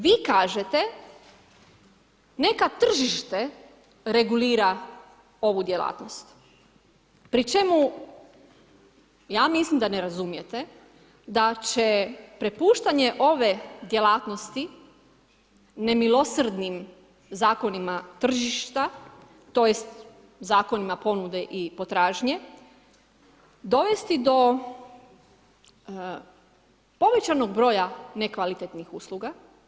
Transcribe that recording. Vi kažete neka tržište regulira ovu djelatno pri čemu ja mislim da ne razumijete da će prepuštanje ove djelatnosti nemilosrdnim zakonima tržišta tj. zakonima ponude i potražnje dovesti do povećanog broja nekvalitetnih usluga.